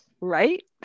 Right